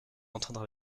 entendre